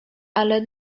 ale